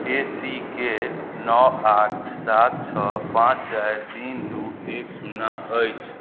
ए C के नओ आठ सात छओ पाँच चारि तीन दुइ एक सुन्ना अछि